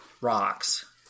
rocks